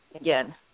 again